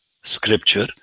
scripture